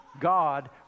God